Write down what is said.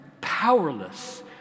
powerless